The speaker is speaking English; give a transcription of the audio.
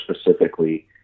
specifically